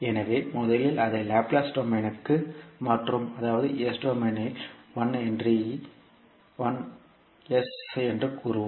எனவே முதலில் அதை லாப்லேஸ் டொமைனுக்கு மாற்றுவோம் அதாவது S டொமைனில் 1 ஹென்றி 1 S என்று கூறுவோம்